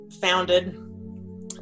founded